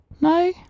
No